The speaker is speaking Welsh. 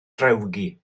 drewgi